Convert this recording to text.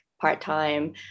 part-time